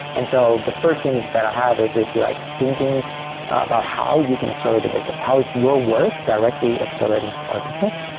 and so the first thing that i have is basically like thinking about how you can accelerate the business. how is your work directly accelerating our business?